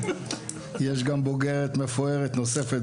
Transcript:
יש בוגרת מפוארת נוספת